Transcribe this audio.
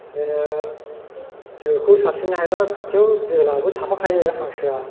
बिदिनो जोखौ सारसिनो हायोब्ला खाथियाव जेलायाबो थाफाखायो हांसोआ